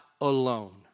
alone